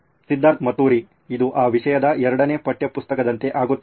ಸಿದ್ಧಾರ್ಥ್ ಮತುರಿ ಇದು ಆ ವಿಷಯದ ಎರಡನೇ ಪಠ್ಯಪುಸ್ತಕದಂತೆ ಆಗುತ್ತದೆ